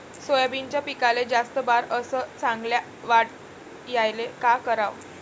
सोयाबीनच्या पिकाले जास्त बार अस चांगल्या वाढ यायले का कराव?